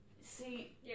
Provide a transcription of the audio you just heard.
See